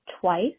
twice